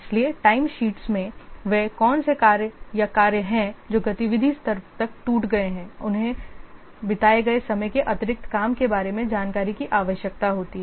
इसलिए टाइमशैट्स में वे कौन से कार्य या कार्य हैं जो गतिविधि स्तर तक टूट गए हैं और उन्हें बिताए गए समय के अतिरिक्त काम के बारे में जानकारी की आवश्यकता होती है